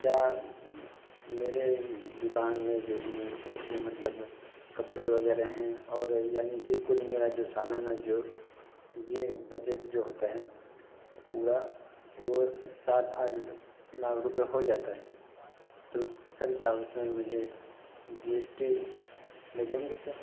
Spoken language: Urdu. کیا میرے دکان میں جو ہیں کچھ مطلب کپڑے وغیرہ ہیں اور یعنی کہ کل میرا جو سالانہ جو یہ بجٹ جو ہوتا ہے پورا وہ سات آٹھ لاکھ روپئے ہو جاتا ہے تو سر کیا اب اس میں مجھے جی ایس ٹی لگیں گے سر